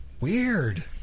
weird